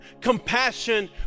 compassion